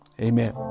Amen